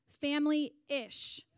Family-ish